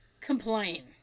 Complain